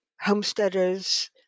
Homesteaders